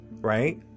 right